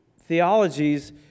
theologies